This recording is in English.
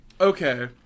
Okay